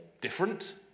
different